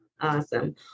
Awesome